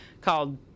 called